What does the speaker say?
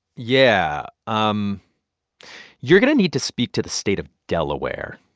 yeah, um you're going to need to speak to the state of delaware.